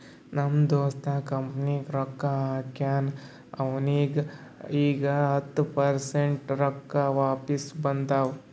ನಮ್ ದೋಸ್ತ್ ಕಂಪನಿನಾಗ್ ರೊಕ್ಕಾ ಹಾಕ್ಯಾನ್ ಅವ್ನಿಗ ಈಗ್ ಹತ್ತ ಪರ್ಸೆಂಟ್ ರೊಕ್ಕಾ ವಾಪಿಸ್ ಬಂದಾವ್